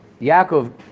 Yaakov